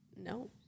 no